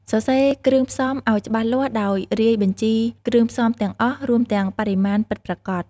សរសេរគ្រឿងផ្សំឱ្យច្បាស់លាស់ដោយរាយបញ្ជីគ្រឿងផ្សំទាំងអស់ រួមទាំងបរិមាណពិតប្រាកដ។